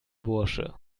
bursche